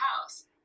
house